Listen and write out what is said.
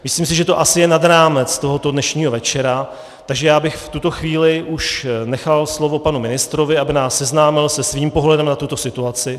Myslím si, že je to asi nad rámec tohoto dnešního večera, takže já bych v tuto chvíli už nechal slovo panu ministrovi, aby nás seznámil se svým pohledem na tuto situaci.